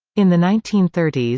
in the nineteen thirty s,